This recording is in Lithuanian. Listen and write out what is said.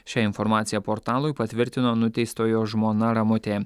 šią informaciją portalui patvirtino nuteistojo žmona ramutė